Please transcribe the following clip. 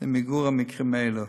למיגור המקרים האלה.